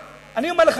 אני אומר לך,